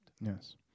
Yes